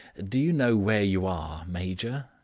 do you know where you are, major?